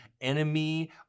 enemy